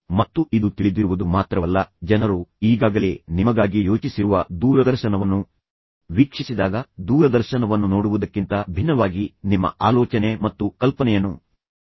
ಮತ್ತು ಇದು ತಿಳಿದಿರುವುದು ಮಾತ್ರವಲ್ಲ ಜನರು ಈಗಾಗಲೇ ನಿಮಗಾಗಿ ಯೋಚಿಸಿರುವ ದೂರದರ್ಶನವನ್ನು ವೀಕ್ಷಿಸಿದಾಗ ದೂರದರ್ಶನವನ್ನು ನೋಡುವುದಕ್ಕಿಂತ ಭಿನ್ನವಾಗಿ ನಿಮ್ಮ ಆಲೋಚನೆ ಮತ್ತು ಕಲ್ಪನೆಯನ್ನು ಪ್ರಚೋದಿಸುತ್ತದೆ